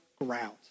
ground